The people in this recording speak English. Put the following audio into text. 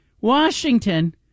Washington